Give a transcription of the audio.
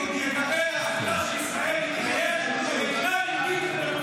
אתה לא מסוגל להגיד את זה.